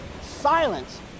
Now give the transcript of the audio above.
silence